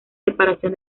separación